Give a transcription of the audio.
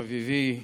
חביבי,